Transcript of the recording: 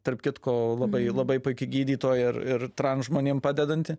tarp kitko labai labai puiki gydytoja ir ir tran žmonėms padedanti